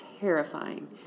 terrifying